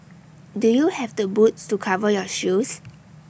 do you have the boots to cover your shoes